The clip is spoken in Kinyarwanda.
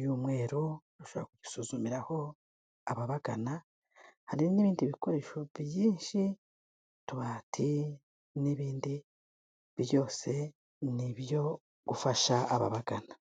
y'umweru, bashobora kugisuzumiraho ababagana, hari n'ibindi bikoresho byinshi, utubati n'ibindi byose ni ibyo gufasha ababagana.